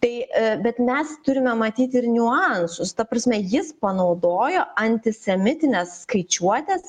tai bet mes turime matyti ir niuansus ta prasme jis panaudojo antisemitines skaičiuotes